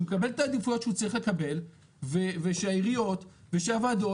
שהוא באמת בעדיפויות שהוא צריך לקבל ושהעיריות והוועדות